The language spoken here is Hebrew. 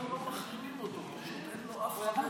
אפילו לא מחרימים אותו, פשוט אין לו אף חבר.